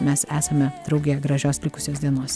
mes esame drauge gražios likusios dienos